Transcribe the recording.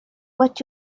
what